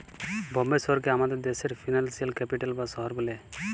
বম্বে শহরকে আমাদের দ্যাশের ফিল্যালসিয়াল ক্যাপিটাল বা শহর ব্যলে